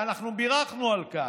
ואנחנו בירכנו על כך,